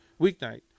weeknight